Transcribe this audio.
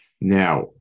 Now